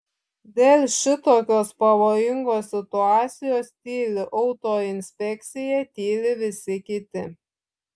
dėl šitokios pavojingos situacijos tyli autoinspekcija tyli visi kiti